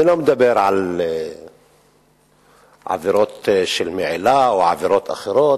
אני לא מדבר על עבירות של מעילה או עבירות אחרות,